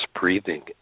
breathing